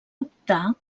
optar